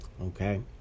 okay